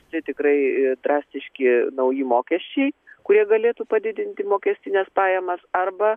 tai tikrai drastiški nauji mokesčiai kurie galėtų padidinti mokestines pajamas arba